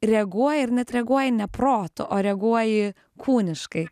reaguoji ir net reaguoji ne protu o reaguoji kūniškai